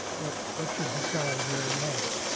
what what should the child learn next.